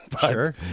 Sure